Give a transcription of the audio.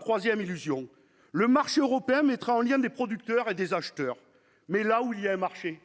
Troisième illusion : le marché européen mettrait en lien producteurs et acheteurs. Mais là où il y a un marché,